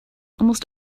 almost